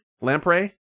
Lamprey